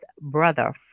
Brother